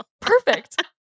perfect